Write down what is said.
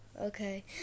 Okay